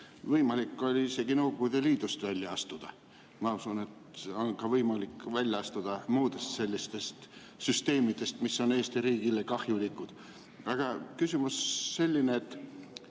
võimalik oli isegi Nõukogude Liidust välja astuda. Ma usun, et on võimalik välja astuda ka muudest sellistest süsteemidest, mis on Eesti riigile kahjulikud. Aga küsimus on selline.